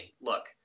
look